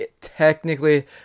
technically